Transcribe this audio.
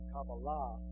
Kabbalah